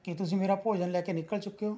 ਕੀ ਤੁਸੀਂ ਮੇਰਾ ਭੋਜਨ ਲੈ ਕੇ ਨਿਕਲ ਚੁੱਕੇ ਹੋ